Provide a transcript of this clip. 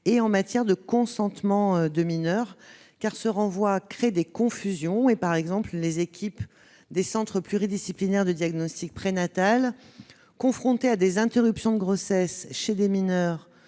et de consentement des mineurs, car ce renvoi crée des confusions. Par exemple, les équipes des centres pluridisciplinaires de diagnostic prénatal, confrontées à des interruptions de grossesses chez les mineures